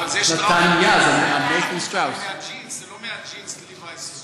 אבל, זה לא מהג'ינס "לוי'ס".